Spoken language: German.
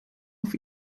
auf